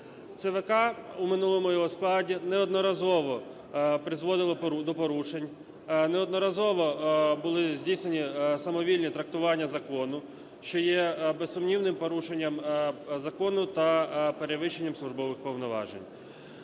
ЦВК у минулому його складі неодноразово призводило до порушень, неодноразово були здійсненні самовільні трактування закону, що є безсумнівним порушенням закону та перевищенням службових повноважень.